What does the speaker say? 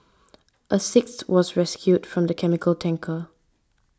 a sixth was rescued from the chemical tanker